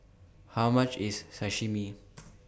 How much IS Sashimi